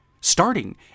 Starting